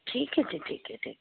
ਠੀਕ ਹੈ ਜੀ ਠੀਕ ਹੈ ਠੀਕ